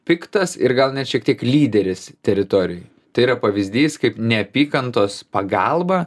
piktas ir gal net šiek tiek lyderis teritorijoj tai yra pavyzdys kaip neapykantos pagalba